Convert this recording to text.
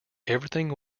everything